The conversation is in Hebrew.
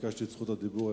ביקשתי את זכות הדיבור,